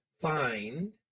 find